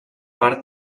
part